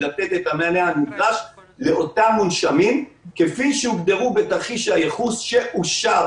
לתת את המענה הנדרש לאותם מונשמים כפי שהוגדרו בתרחיש הייחוס שאושר